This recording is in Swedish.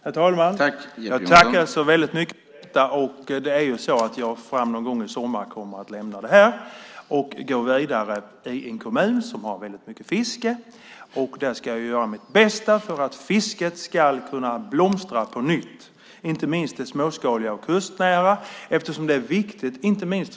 Herr talman! Jag tackar så väldigt mycket för detta! Någon gång framåt sommaren kommer jag att lämna det här och gå vidare i en kommun som har väldigt mycket fiske. Där ska jag göra mitt bästa för att fisket ska kunna blomstra på nytt, inte minst det småskaliga och kustnära fisket eftersom det är viktigt för min bygd.